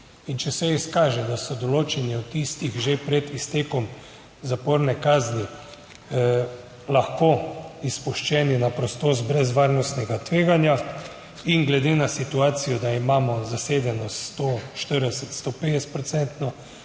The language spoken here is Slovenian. in če se izkaže, da so določeni od tistih že pred iztekom zaporne kazni lahko izpuščeni na prostost brez varnostnega tveganja, in glede na situacijo, da imamo zasedeno 140, 150